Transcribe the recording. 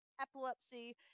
epilepsy